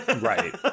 right